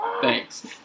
Thanks